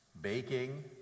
baking